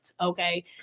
okay